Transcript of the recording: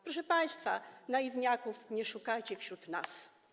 Proszę państwa, naiwniaków nie szukajcie wśród nas.